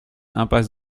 impasse